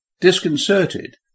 Disconcerted